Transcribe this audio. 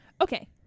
Okay